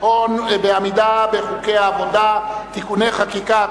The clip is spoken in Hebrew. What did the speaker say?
הון בעמידה בחוקי העבודה (תיקוני חקיקה),